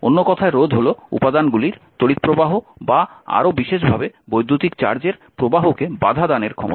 অন্য কথায় রোধ হল উপাদানগুলির তড়িৎ প্রবাহ বা আরও বিশেষভাবে বৈদ্যুতিক চার্জের প্রবাহকে বাধা প্রদানের ক্ষমতা